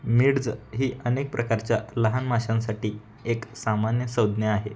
midge ही अनेक प्रकारच्या लहान माशांसाठी एक सामान्य संज्ञा आहे